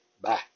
Bye